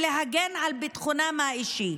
להגן על ביטחונם האישי.